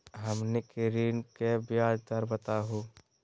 हमनी के ऋण के ब्याज दर बताहु हो?